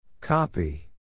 Copy